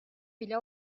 bile